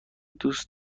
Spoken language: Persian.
دوست